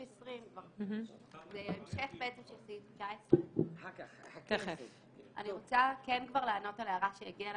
סעיף 20. זה המשך של סעיף 19. אני רוצה לענות על הערה שהגיעה